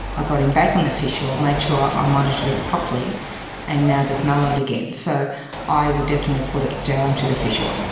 i got him back on the fish oil, made sure i ah um monitored it properly and now they've mellowed again. so i would definitely put it down to the fish oil.